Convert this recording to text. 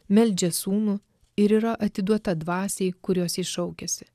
meldžia sūnų ir yra atiduota dvasiai kurios ji šaukiasi